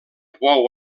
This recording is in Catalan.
bou